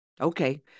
okay